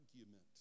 argument